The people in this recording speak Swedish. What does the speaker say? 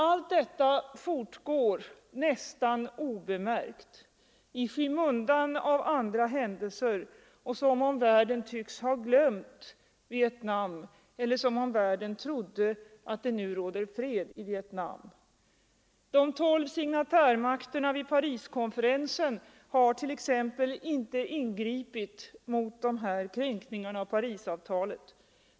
Allt detta fortgår nästan obemärkt i skymundan av andra händelser, som om världen tycks ha glömt Vietnam eller som om världen trodde att det nu råder fred i Vietnam. De tolv signatärmakterna vid Pariskonferenserna har t. ex inte ingripit mot de här kränkningarna av Parisavtalet.